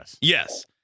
Yes